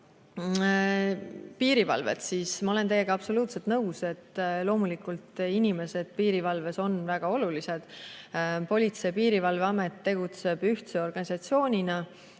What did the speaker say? piirivalvet, siis ma olen teiega absoluutselt nõus, et loomulikult inimesed piirivalves on väga olulised. Politsei- ja Piirivalveamet tegutseb ühtse organisatsioonina,